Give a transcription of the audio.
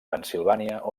pennsilvània